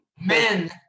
Men